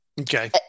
Okay